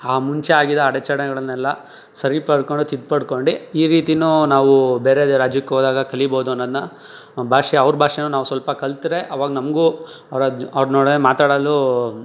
ಹಾ ಮುಂಚೆ ಆಗಿದ ಅಡೆತಡೆಗಳನ್ನೆಲ್ಲ ಸರಿಪಡ್ಸ್ಕೊಂಡು ತಿದ್ಪಡ್ಸ್ಕೊಂಡು ಈ ರೀತಿಯೂ ನಾವೂ ಬೇರೆದು ರಾಜ್ಯಕ್ಕೆ ಹೋದಾಗ ಕಲಿಬೋದು ಅನ್ನೋದನ್ನ ಭಾಷೆ ಅವ್ರ ಭಾಷೆಯೂ ನಾವು ಸ್ವಲ್ಪ ಕಲಿತ್ರೆ ಆವಾಗ ನಮಗೂ ಅವ್ರ ಅವ್ರು ನೋಡೇ ಮಾತಾಡಲೂ